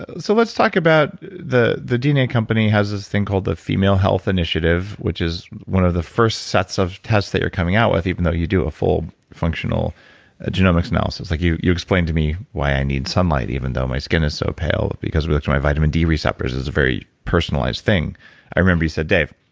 ah so let's talk about. the the dna company has this thing called the female health initiative which is one of the first sets of tests that you're coming out with even though you do a full, functional ah genomics analysis. like you you explained to me why i need sunlight even though my skin is so pale, because it's my vitamin d receptors. it was a very personalized thing i remember you said, dave,